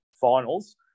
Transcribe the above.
finals